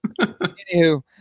Anywho